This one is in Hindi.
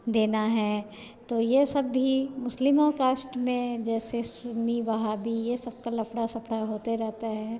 देना है तो यह सब भी मुस्लिमों कास्ट में जैसे सुन्नी वह्हाबी यह सबका लफड़ा सफड़ा होते रहता है